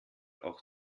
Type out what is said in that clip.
auch